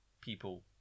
people